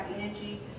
energy